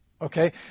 Okay